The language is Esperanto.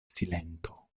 silento